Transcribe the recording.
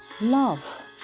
love